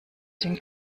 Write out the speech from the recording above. den